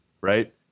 right